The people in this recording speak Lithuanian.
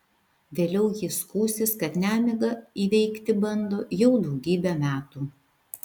vėliau ji skųsis kad nemigą įveikti bando jau daugybę metų